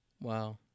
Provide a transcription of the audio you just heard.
wow